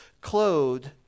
clothed